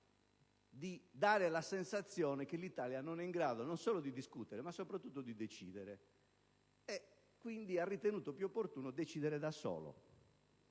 di dare la sensazione che l'Italia non sia in grado, non solo di discutere, ma soprattutto di decidere. Quindi, ha ritenuto più opportuno decidere da solo.